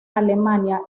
alemania